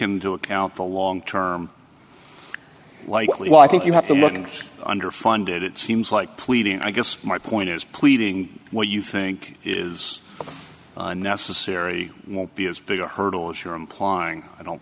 into account the long term well i think you have to look and under funded it seems like pleading i guess my point is pleading what you think is necessary won't be as big a hurdle sure implying i don't